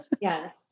Yes